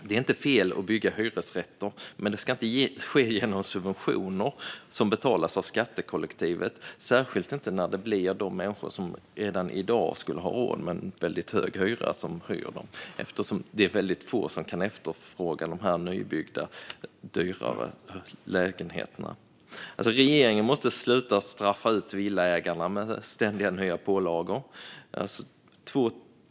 Det är inte fel att bygga hyresrätter, men det ska inte ske genom subventioner som betalas av skattekollektivet, särskilt inte när det blir de människor som redan har råd med hög hyra som hyr dem eftersom det är få som kan efterfråga de nybyggda, dyra lägenheterna. Regeringen måste sluta straffa villaägarna med ständiga nya pålagor.